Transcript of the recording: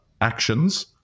actions